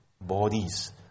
bodies